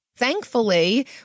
Thankfully